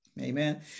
Amen